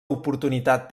oportunitat